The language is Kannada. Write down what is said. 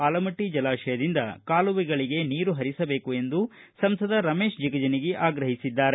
ಆಲಮಟ್ಟ ಜಲಾಶಯದಿಂದ ಕಾಲುವೆಗಳಿಗೆ ನೀರು ಹರಿಸಬೇಕು ಎಂದು ಸಂಸದ ರಮೇಶ ಜಿಗಜಿಣಗಿ ಆಗ್ರಹಿಸಿದ್ದಾರೆ